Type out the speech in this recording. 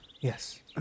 Yes